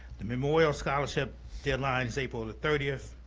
the memorial scholarship deadline is april the thirtieth,